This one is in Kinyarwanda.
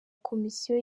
komisiyo